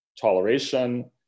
toleration